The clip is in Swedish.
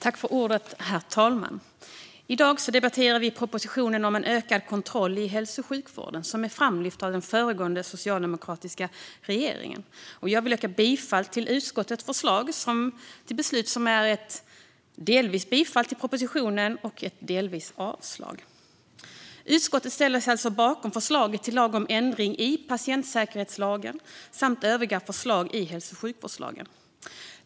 Herr talman! I dag debatterar vi propositionen om en ökad kontroll i hälso och sjukvården, som är framlyft av den föregående socialdemokratiska regeringen. Jag yrkar bifall till utskottets förslag till beslut, som innebär delvis bifall till, delvis avslag på propositionen. Utskottet ställer sig alltså bakom förslaget till lag om ändring i patientsäkerhetslagen samt övriga förslag i hälso och sjukvårdslagen.